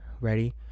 Ready